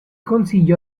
consiglio